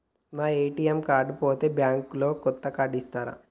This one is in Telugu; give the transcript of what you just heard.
నా ఏ.టి.ఎమ్ కార్డు పోతే బ్యాంక్ లో కొత్త కార్డు ఇస్తరా?